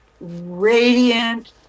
radiant